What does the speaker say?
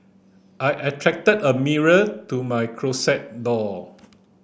I attached a mirror to my closet door